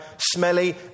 smelly